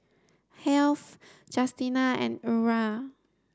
Heath Justina and Eura